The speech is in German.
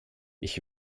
ich